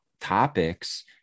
topics